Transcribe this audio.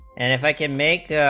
and if i can make